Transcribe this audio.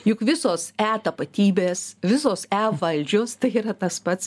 juk visos e tapatybės visos e valdžios tai yra tas pats